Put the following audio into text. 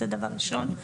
זה דבר ראשון.